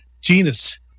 genus